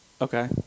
okay